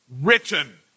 written